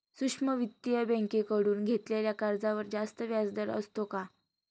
सूक्ष्म वित्तीय बँकेकडून घेतलेल्या कर्जावर जास्त व्याजदर असतो का?